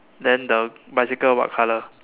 then the bicycle what colour